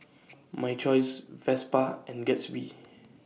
My Choice Vespa and Gatsby